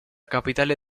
capitale